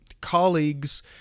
colleagues